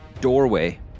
doorway